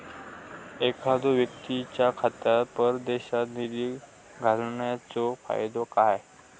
एखादो व्यक्तीच्या खात्यात परदेशात निधी घालन्याचो फायदो काय?